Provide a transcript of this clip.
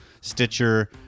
Stitcher